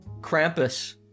Krampus